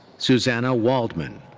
susannah waldman.